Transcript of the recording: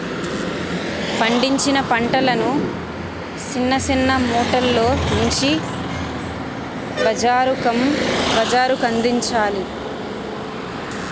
పండించిన పంటలను సిన్న సిన్న మూటల్లో ఉంచి బజారుకందించాలి